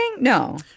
No